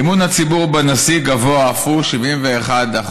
אמון הציבור בנשיא גבוה אף הוא, 71%,